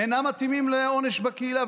אינם מתאימים לעונש בקהילה,